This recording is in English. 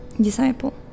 Disciple